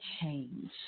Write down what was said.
change